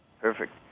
perfect